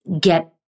get